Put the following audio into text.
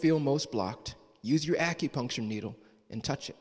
feel most blocked use your acupuncture needle in touch